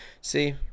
See